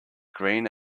green